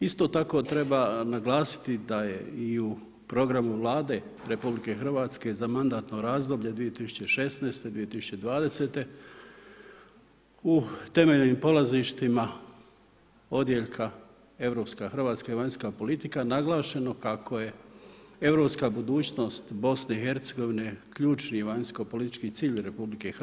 Isto tako treba naglasiti da je i u programu Vlade RH, za mandatno razdoblje 2016.-2020. u temeljnim polazništvima odjeljka europska Hrvatska i vanjska politika, naglašeno kako je europska budućnost BIH ključni vanjsko politički cilj RH.